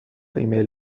ایمیل